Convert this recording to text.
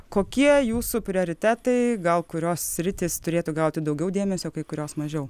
kokie jūsų prioritetai gal kurios sritys turėtų gauti daugiau dėmesio kai kurios mažiau